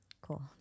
Cool